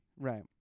Right